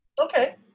okay